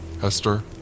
Hester